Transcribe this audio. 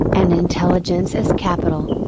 and intelligence as capital.